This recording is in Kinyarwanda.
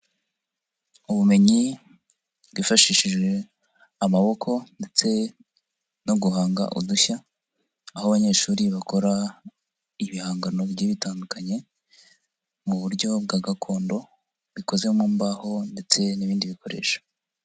Ubumenyi bwifashishije amaboko ndetse no guhanga udushya, aho abanyeshuri bakora ibihangano bigiye bitandukanye mu buryo bwa gakondo, bikoze mu mbaho ndetse n'ibindi bikoresho.